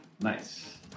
Nice